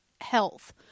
health